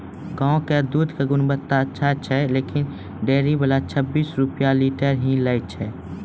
गांव के दूध के गुणवत्ता अच्छा छै लेकिन डेयरी वाला छब्बीस रुपिया लीटर ही लेय छै?